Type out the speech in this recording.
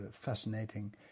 fascinating